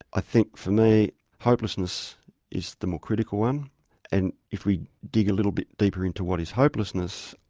i think for me hopelessness is the more critical one and if we dig a little bit deeper into what is hopelessness,